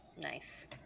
Nice